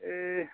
ए'